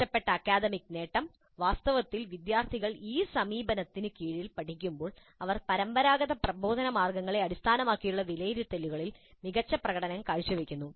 മെച്ചപ്പെട്ട അക്കാദമിക് നേട്ടം വാസ്തവത്തിൽ വിദ്യാർത്ഥികൾ ഈ സമീപനത്തിന് കീഴിൽ പഠിക്കുമ്പോൾ അവർ പരമ്പരാഗത പ്രബോധന മാതൃകകളെ അടിസ്ഥാനമാക്കിയുള്ള വിലയിരുത്തലുകളിൽ മികച്ച പ്രകടനം കാഴ്ചവയ്ക്കുന്നു